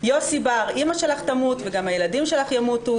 יוסי בר: אימא שלך תמות וגם הילדים שלך ימותו.